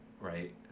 right